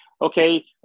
okay